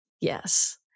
Yes